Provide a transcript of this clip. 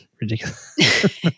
ridiculous